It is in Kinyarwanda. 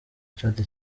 chad